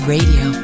Radio